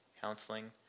counseling